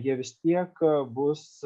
jie vis tiek bus